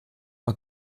man